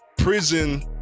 Prison